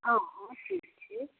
हँ अहाँ केँ छियै